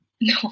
No